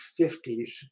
1950s